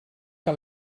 que